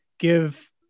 give